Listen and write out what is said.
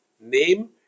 name